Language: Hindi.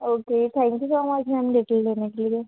okay thank you so much ma'am detail देने के लिए